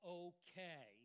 okay